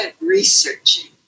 researching